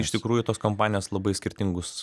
iš tikrųjų tos kompanijos labai skirtingus